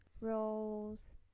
rolls